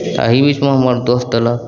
अही बीचमे हमर दोस्त देलक